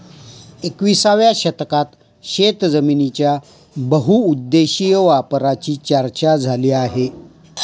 एकविसाव्या शतकात शेतजमिनीच्या बहुउद्देशीय वापराची चर्चा झाली आहे